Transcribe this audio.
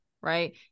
right